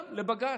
גם לבג"ץ?